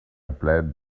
plan